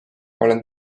olen